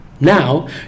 Now